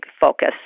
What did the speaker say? focus